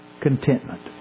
contentment